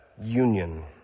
union